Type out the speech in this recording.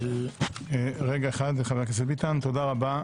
תודה רבה.